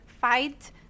fight